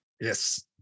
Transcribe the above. Yes